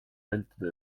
vältida